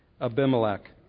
Abimelech